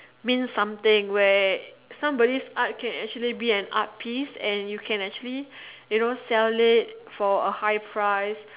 means something where somebody's art can actually be a art piece and you can actually sell it for a high price